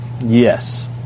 Yes